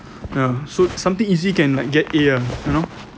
ya so something easy can like get A ah you know